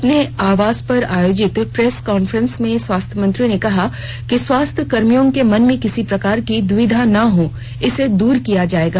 अपने आवास पर आयोजित प्रेस कांफ्रेंस में स्वास्थ्य मंत्री ने कहा कि स्वास्थ्य कर्मियों के मन में किसी प्रकार की दुविधा न हो इसे दूर किया जाएगा